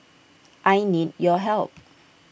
I need your help